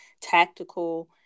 tactical